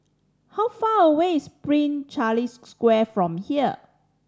how far away is Prince Charles Square from here